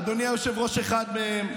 אדוני היושב-ראש אחד מהם,